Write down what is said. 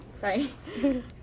sorry